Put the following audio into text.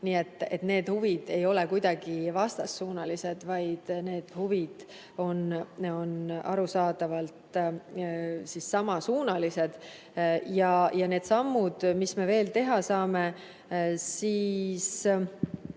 need huvid ei ole kuidagi vastassuunalised, vaid need huvid on arusaadavalt samasuunalised. Mis on need sammud, mis me veel teha saame? Esiteks,